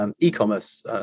e-commerce